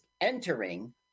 entering